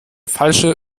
falsche